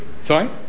Sorry